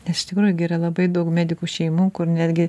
nes iš tikrųjų gi yra labai daug medikų šeimų kur netgi